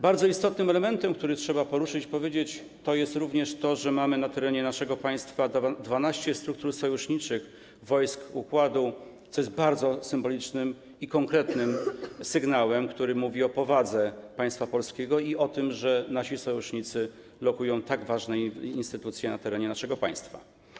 Bardzo istotnym elementem, który trzeba poruszyć, kwestią, o której trzeba powiedzieć, jest to, że mamy na terenie naszego państwa 12 struktur sojuszniczych wojsk układu, co jest bardzo symbolicznym i konkretnym sygnałem, który mówi o powadze państwa polskiego, o tym, że nasi sojusznicy lokują tak ważne instytucje na terenie naszego państwa.